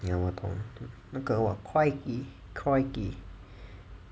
ya 我懂那个